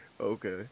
Okay